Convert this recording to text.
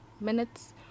minutes